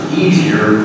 easier